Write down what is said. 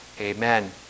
Amen